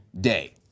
day